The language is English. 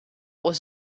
was